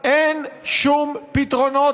אין שום פתרונות